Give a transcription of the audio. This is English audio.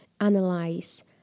analyze